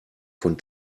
von